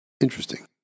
Interesting